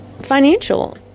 financial